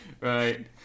Right